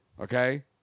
Okay